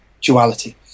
duality